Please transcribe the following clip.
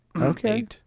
okay